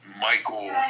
Michael